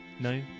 no